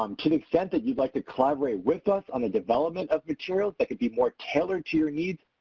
um to the extent that you would like to collaborate with us on the development of materials that can be more tailored to your needs,